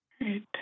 Right